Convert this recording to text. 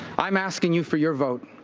i'm asking you for your vote.